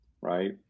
right